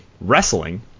wrestling